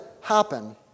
happen